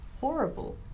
horrible